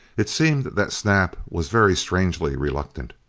it seemed that snap was very strangely reluctant.